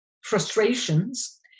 frustrations